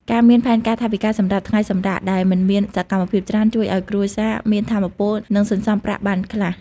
ការមានផែនការថវិកាសម្រាប់ "ថ្ងៃសម្រាក" ដែលមិនមានសកម្មភាពច្រើន ជួយឱ្យគ្រួសារមានថាមពល និងសន្សំប្រាក់បានខ្លះ។